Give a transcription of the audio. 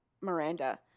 Miranda